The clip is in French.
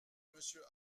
monsieur